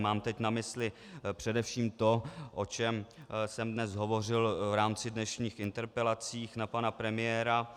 Mám teď na mysli především to, o čem jsem dnes hovořil v rámci dnešních interpelací na pana premiéra.